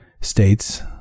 States